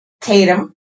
Tatum